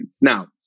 Now